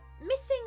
missing